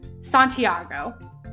Santiago